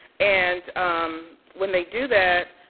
and when they do that,